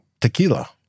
tequila